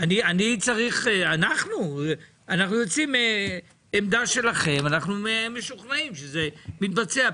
אנחנו יוצאים מעמדה שלכם ואנחנו משוכנעים שזה מתבצע,